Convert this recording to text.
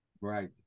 right